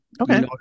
Okay